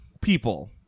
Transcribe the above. people